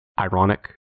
ironic